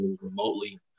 remotely